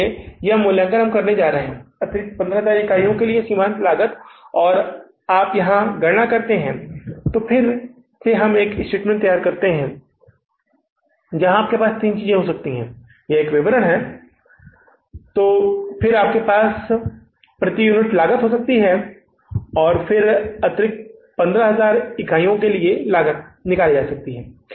इसलिए यह मूल्यांकन हम करने जा रहे हैं अतिरिक्त 15000 इकाइयों के लिए सीमांत लागत और यदि आप यहां गणना करते हैं तो हमें फिर से एक विवरण तैयार करना होगा जहां आपके पास तीन चीजें हो सकती हैं एक विवरण है फिर आपके पास प्रति यूनिट लागत हो सकता है और फिर अतिरिक्त 15000 इकाइयों के लिए लागत सकता है